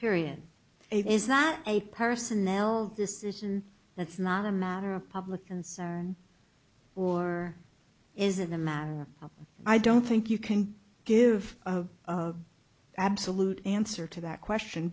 period it is not a personnel decision that's not a matter of public concern or isn't a matter of i don't think you can give absolute answer to that question